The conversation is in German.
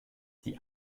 die